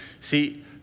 See